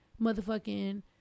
motherfucking